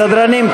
סדרנים,